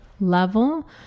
level